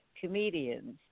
comedians